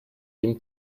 dem